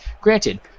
Granted